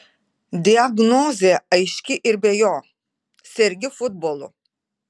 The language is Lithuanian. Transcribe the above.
diagnozė aiški ir be jo sergi futbolu